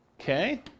Okay